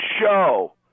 show